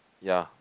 ya